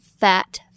fat